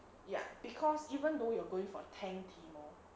ya because even though you're going for tanked teemo